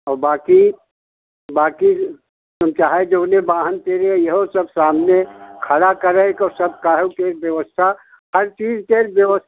और बाकी बाकी तुम चाहे जौले वाहन तेरे यहो सब सामने है खड़ा करको सब काहु के व्यवस्था हर चीज ब्यबस